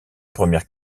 premières